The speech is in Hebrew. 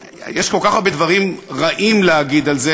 יש כל כך הרבה דברים רעים להגיד על זה,